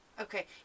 Okay